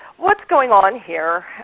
what's going on here?